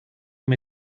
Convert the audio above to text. mir